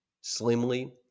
slimly